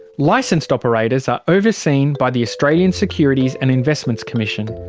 licensed operators are overseen by the australian securities and investments commission.